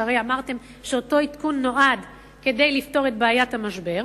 שהרי אמרתם שאותו עדכון נועד לפתור את בעיית המשבר.